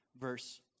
verse